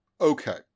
Okay